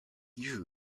you